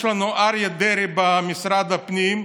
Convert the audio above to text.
יש לנו אריה דרעי במשרד הפנים,